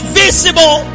visible